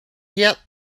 yet